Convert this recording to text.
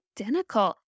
identical